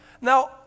Now